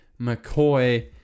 McCoy